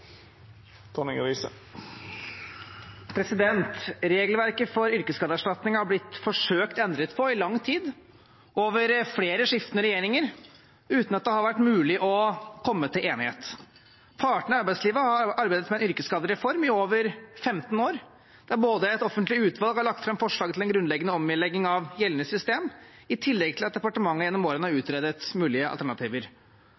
Regelverket for yrkesskadeerstatning har i lang tid – under flere skiftende regjeringer – blitt forsøkt endret på uten at det har vært mulig å komme til enighet. Partene i arbeidslivet har arbeidet med en yrkesskadereform i over 15 år, der et offentlig utvalg har lagt fram forslag til en grunnleggende omlegging av gjeldende system, i tillegg til at departementet gjennom årene har